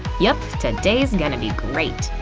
yep, today's gonna be great.